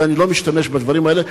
ואני לא משתמש בדברים האלה,